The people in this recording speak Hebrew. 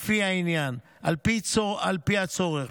לפי העניין, על פי הצורך.